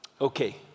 Okay